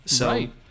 Right